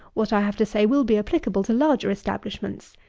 what i have to say will be applicable to larger establishments,